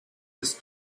this